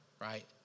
right